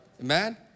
Amen